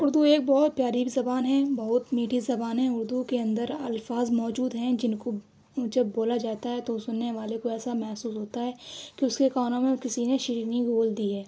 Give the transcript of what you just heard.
اُردو ایک بہت پیاری زبان ہے بہت میٹھی زبان ہے اُردو کے اندر الفاظ موجود ہیں جن کو جب بولا جاتا ہے تو سُننے والے کو ایسا محسوس ہوتا ہے کہ اُس کے کانوں میں کسی نے شیرینی گھول دی ہے